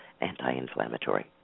anti-inflammatory